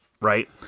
Right